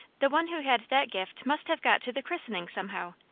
the one who had that gift must have got to the christening, somehow.